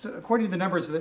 according to the numbers,